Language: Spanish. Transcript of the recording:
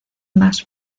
más